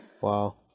Wow